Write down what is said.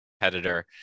competitor